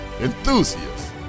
enthusiasts